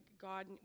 God